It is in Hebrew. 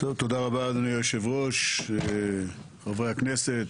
תודה רבה, אדוני היושב ראש, חברי הכנסת,